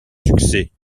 succès